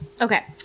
okay